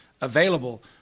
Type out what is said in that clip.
available